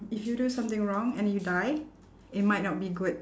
if you do something wrong and you die it might not be good